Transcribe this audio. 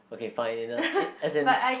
okay fine in the as an